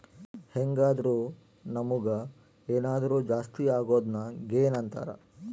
ಹೆಂಗಾದ್ರು ನಮುಗ್ ಏನಾದರು ಜಾಸ್ತಿ ಅಗೊದ್ನ ಗೇನ್ ಅಂತಾರ